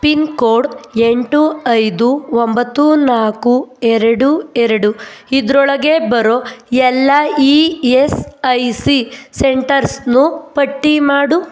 pin code ಎಂಟು ಐದು ಒಂಬತ್ತು ನಾಲ್ಕು ಎರಡು ಎರಡು ಇದರೊಳಗೆ ಬರೋ ಎಲ್ಲ ಇ ಎಸ್ ಐ ಸಿ ಸೆಂಟರ್ಸ್ನು ಪಟ್ಟಿ ಮಾಡು